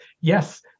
Yes